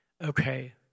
okay